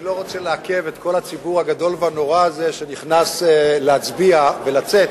אני לא רוצה לעכב את כל הציבור הגדול והנורא הזה שנכנס להצביע ולצאת,